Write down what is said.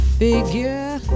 figure